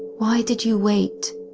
why did you wait?